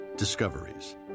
Discoveries